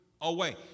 away